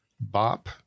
bop